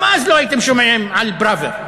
גם אז לא הייתם שומעים על פראוור.